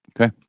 Okay